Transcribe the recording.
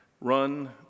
run